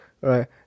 right